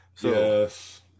Yes